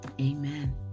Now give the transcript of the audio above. Amen